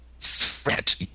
threat